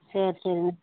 சேரி சரிங்க